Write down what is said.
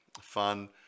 fun